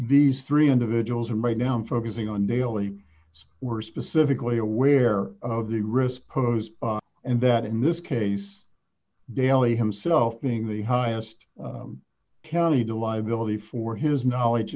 these three individuals and right now i'm focusing on daily were specifically aware of the risk posed and that in this case daley himself being the highest kelly to lie below the for his knowledge